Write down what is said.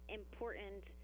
important